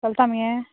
चलता मगे